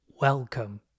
welcome